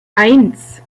eins